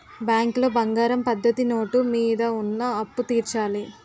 బ్యాంకులో బంగారం పద్ధతి నోటు మీద ఉన్న అప్పు తీర్చాలి